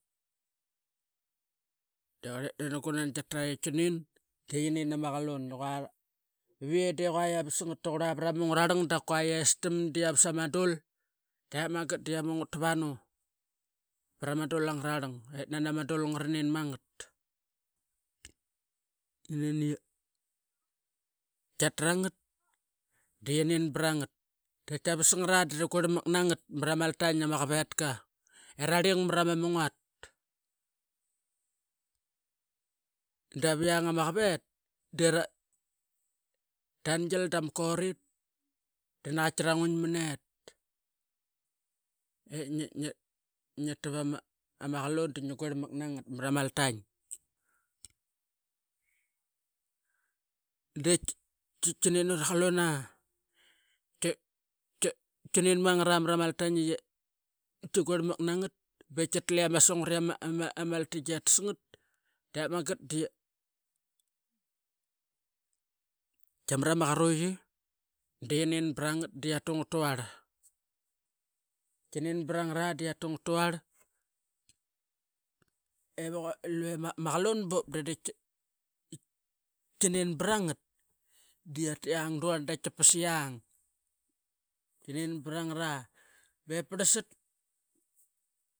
Da qarlet nani gunan tiatarai dia nin i qua iavas ngat tuqurla varama mung ngararlang, da kua estam diavas ama dul dep magat diamu ngat taranu prama dul anga rarlang, etana madul ngara nin mangat. Nani tiatrangat dia nin brangat dap tiavas ngara dap ti guirl mak nangat mara maltain nama qavetka ira marama mungat, daviang ama qavet de ra tangil dama korit, dama korit, da na qatki ranguin manet, ep ngi tap dama qalun a tia tia tia nin mangara marama meltain ia tiquirlmark nangat be title ama sungat ia maltain iatas ngat dep magat dia marama qarui dia nin bra ngat diatu ngat tuarl ngat tuarl ti nin bra ngara dia tungat luarl evuk elue vepba bup ti nin bra ngat dia tuiang duarl dap ti pas iang dia nin bra ngal be parlsat.